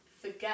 Forget